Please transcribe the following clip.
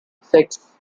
six